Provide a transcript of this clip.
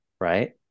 right